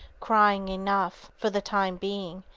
crying enough! for the time being,